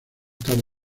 tarde